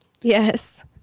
Yes